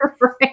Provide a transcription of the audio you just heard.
right